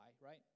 right